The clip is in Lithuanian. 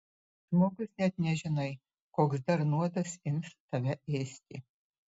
žmogus net nežinai koks dar nuodas ims tave ėsti